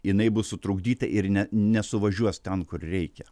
jinai bus sutrukdyta ir ne nesuvažiuos ten kur reikia